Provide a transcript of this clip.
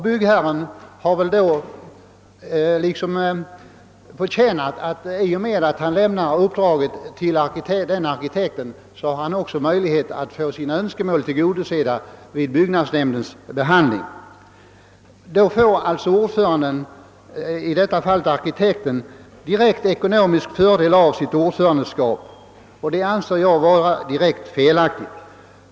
Byggherren har väl en känsla av att han därigenom har större möjligheter att vid byggnadsnämndens behandling av ärendet få sina önskemål tillgodosedda. Bygg nadsnämndens ordförande, alltså arkitekten, får då direkt ekonomisk fördel av sitt ordförandeskap, och det finner jag vara helt felaktigt.